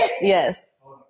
Yes